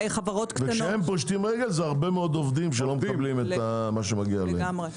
וכשהם פושטים רגל זה הרבה מאוד עובדים שלא מקבלים את המגיע להם.